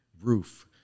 roof